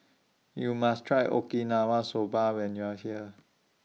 YOU must Try Okinawa Soba when YOU Are here